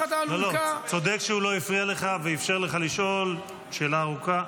צודק שהוא לא הפריע לך ואפשר לך לשאול שאלה ארוכה.